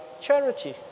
charity